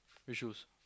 which shoes